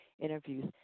interviews